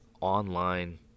online